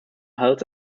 health